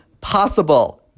possible